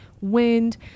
wind